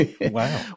Wow